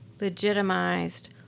legitimized